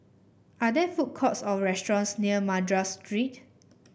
are there food courts or restaurants near Madras Street